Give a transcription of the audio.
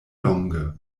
longe